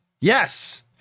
Yes